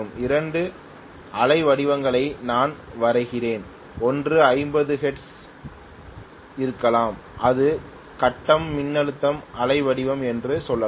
இரண்டு அலைவடிவங்களை நான் வரைகிறேன் ஒன்று 50 ஹெர்ட்ஸில் இருக்கலாம் இது கட்டம் மின்னழுத்த அலைவடிவம் என்று சொல்லலாம்